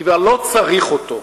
כבר לא צריך אותו.